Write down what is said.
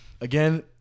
again